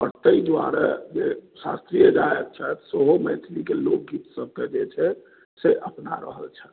आओर ताहि दुआरे जे शास्त्रीय गायक छथि सेहो मैथिलीके लोकगीत सबकेँ जे छै से अपना रहल छथि